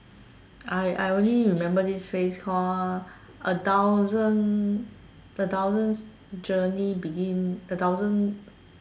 I I only remember this phrase call a thousand a thousand journey begin a thousand